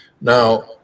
now